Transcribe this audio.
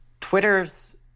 Twitter's